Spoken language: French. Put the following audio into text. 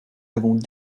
avons